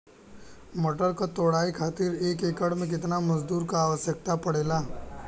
मटर क तोड़ाई खातीर एक एकड़ में कितना मजदूर क आवश्यकता पड़ेला?